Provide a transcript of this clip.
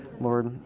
Lord